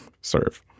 serve